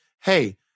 Hey